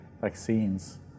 vaccines